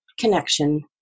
connection